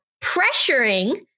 pressuring